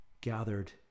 gathered